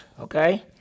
Okay